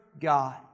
God